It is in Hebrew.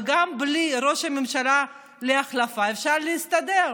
וגם בלי ראש הממשלה להחלפה אפשר להסתדר,